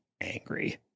angry